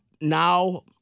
now